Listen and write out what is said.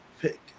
pick